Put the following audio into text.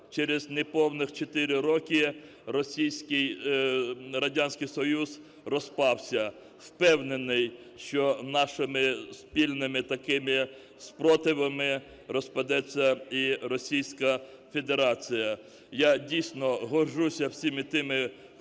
через неповних 4 роки Радянський Союз розпався. Впевнений, що нашими спільними такими спротивами розпадеться і Російська Федерація. Я дійсно горджуся всіма тими,